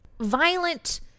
violent